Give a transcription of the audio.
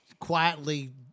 quietly